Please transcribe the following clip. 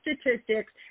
statistics